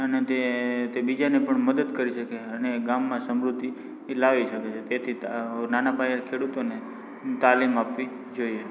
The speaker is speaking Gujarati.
અને તે તે બીજાને પણ મદદ કરી શકે અને ગામમાં સમૃદ્ધિ લાવી શકે છે તેથી નાના પાયાના ખેડૂતોને તાલીમ આપવી જોઈએ